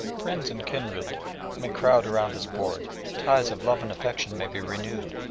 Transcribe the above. friends and kindred may crowd around his board, ties of love and affection may be renewed,